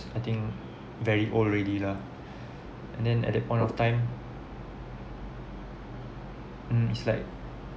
I think very old already lah and then at that point of time um is like